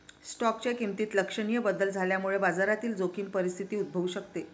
स्टॉकच्या किमतीत लक्षणीय बदल झाल्यामुळे बाजारातील जोखीम परिस्थिती उद्भवू शकते